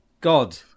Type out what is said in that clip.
God